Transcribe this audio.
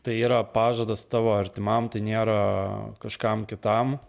tai yra pažadas tavo artimam tai nėra kažkam kitam